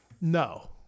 No